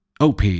OP